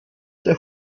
der